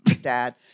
dad